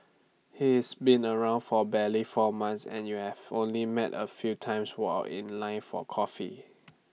he is been around for barely four months and you've only met A few times while in line for coffee